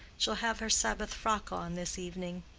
she'll have her sabbath frock on this evening.